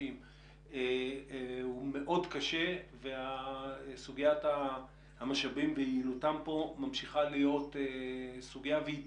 מאוד קשה וסוגיית המשאבים ויעילותם ממשיכה להיות סוגיה בעייתית.